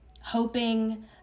hoping